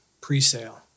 pre-sale